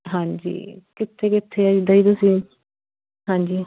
ਹਾਂਜੀ ਕਿੱਥੇ ਕਿੱਥੇ ਹੈ ਜਿੱਦਾਂ ਜੀ ਤੁਸੀਂ ਹਾਂਜੀ